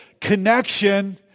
connection